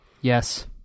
Yes